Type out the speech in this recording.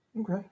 Okay